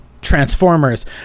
transformers